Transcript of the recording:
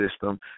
system